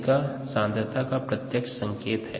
N A D H स्तर कोशिका सांद्रता का प्रत्यक्ष संकेत है